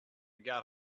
get